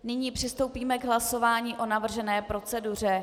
Nyní přistoupíme k hlasování o navržené proceduře.